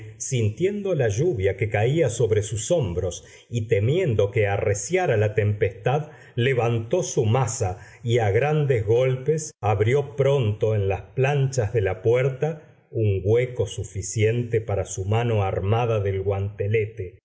sintiendo la lluvia que caía sobre sus hombros y temiendo que arreciara la tempestad levantó su maza y a grandes golpes abrió pronto en las planchas de la puerta un hueco suficiente para su mano armada del guantelete